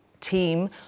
team